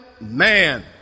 man